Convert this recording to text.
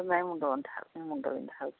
ନାଇଁ ମୁଣ୍ଡ ବିନ୍ଧା ମୁଣ୍ଡ ବିନ୍ଧା ହେଉଛି